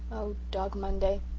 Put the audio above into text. oh, dog monday,